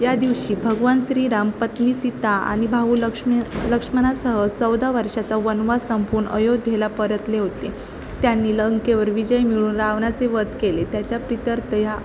या दिवशी भगवान श्री राम पत्नी सीता आणि भाऊ लक्ष्मी लक्ष्मणासह चौदा वर्षाचा वनवास संपवून अयोध्येला परतले होते त्यांनी लंकेवर विजय मिळवून रावणाचे वध केले त्याच्या प्रित्यर्थ ह्या